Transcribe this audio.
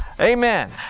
Amen